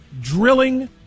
drilling